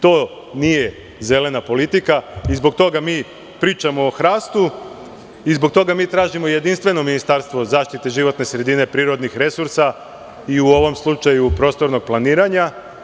To nije zelena politika i zbog toga mi pričamo o hrastu i zbog toga tražimo jedinstveno ministarstvo za zaštitu životne sredine, prirodnih resursa i, u ovom slučaju, prostornog planiranja.